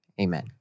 Amen